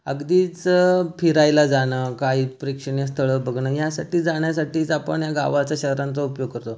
अगदीच फिरायला जाणं काही प्रेक्षणीय स्थळं बघणं यासाठी जाण्यासाठीच आपण या गावाचा शहरांचा उपयोग करतो